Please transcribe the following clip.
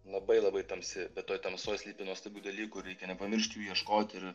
labai labai tamsi bet toj tamsoj slypi nuostabių dalykų reikia nepamiršt jų ieškot ir